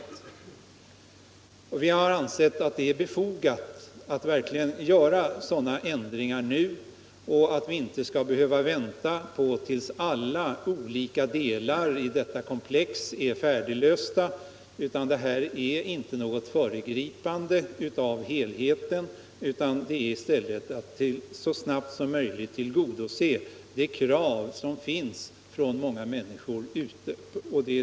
Vi har ansett det befogat med en sådan lagändring och att vi inte skall behöva vänta tills alla olika delar i hela detta komplex är färdiglösta. Förslaget innebär inte något föregripande av helheten, utan det innebär att man så snabbt som möjligt skall kunna tillgodose de krav som många människor ställer.